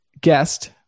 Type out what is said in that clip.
guest